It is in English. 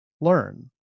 learn